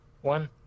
one